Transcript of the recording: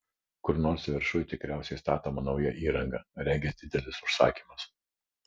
kur nors viršuj tikriausiai statoma nauja įranga regis didelis užsakymas